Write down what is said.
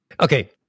Okay